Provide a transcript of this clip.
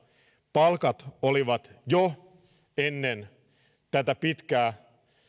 palkat olivat jo ennen tätä pitkää